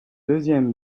deuxième